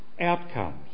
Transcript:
outcomes